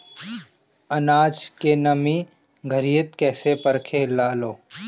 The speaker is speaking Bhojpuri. आनाज के नमी घरयीत कैसे परखे लालो?